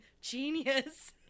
genius